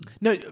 No